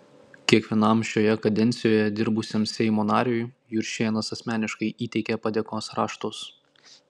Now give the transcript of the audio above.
kiekvienam šioje kadencijoje dirbusiam seimo nariui juršėnas asmeniškai įteikė padėkos raštus